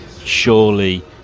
surely